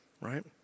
right